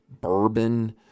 bourbon